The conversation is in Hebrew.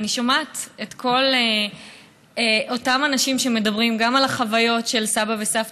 ואני שומעת את כל אותם אנשים שמדברים גם על החוויות של סבא וסבתא,